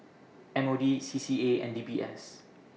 M O D C C A and D B S